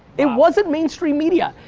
it wasn't mainstream media.